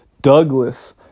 Douglas